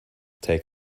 take